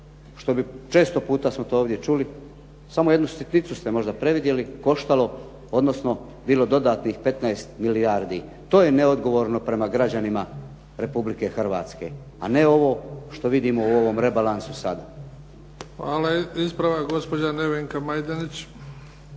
što bi, često puta smo to ovdje čuli, samo jednu sitnicu ste možda predvidjeli, koštalo, odnosno bilo dodatnih 15 milijardi. To je neodgovorno prema građanima Republike Hrvatske. A ne ovo što vidimo u ovom rebalansu sada. **Bebić, Luka (HDZ)** Hvala. Ispravak gospođa Nevenka Majdenić.